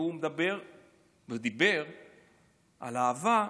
והוא דיבר על האהבה,